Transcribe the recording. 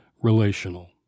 relational